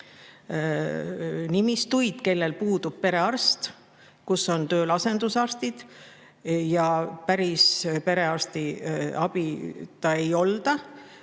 nimistuid, kus puudub perearst, kus on tööl asendusarstid, päris perearstiabita ei olda,